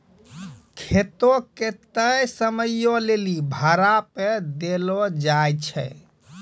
खेतो के तय समयो लेली भाड़ा पे देलो जाय छै